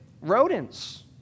rodents